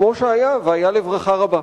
כמו שהיה, והיה לברכה רבה.